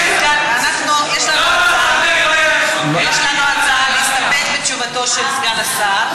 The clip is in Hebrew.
יש לנו הצעה להסתפק בתשובתו של סגן השר,